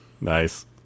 Nice